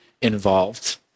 involved